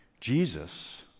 Jesus